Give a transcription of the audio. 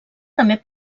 també